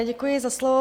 Děkuji za slovo.